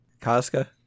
Casca